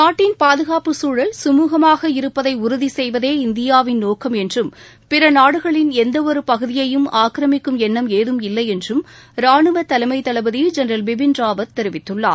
நாட்டின் பாதுகாப்பு சூழல் சுமூகமாக இருப்பதை உறுதி செய்வதே இந்தியாவின் நோக்கம் என்றும் பிற நாடுகளின் எந்த ஒரு பகுதியையும் ஆக்கிரமிக்கும் எண்ணம் ஏதும் இல்லை என்றும் ரானுவ தலைமை தளபதி ஜெனரல் பிபின் ராவத் தெரிவித்துள்ளார்